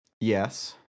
Yes